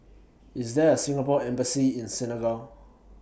IS There A Singapore Embassy in Senegal